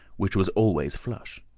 which was always flush.